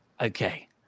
okay